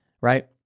Right